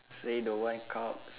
say don't want carbs